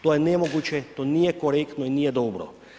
To je nemoguće, to nije korektno i nije dobro.